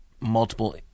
multiple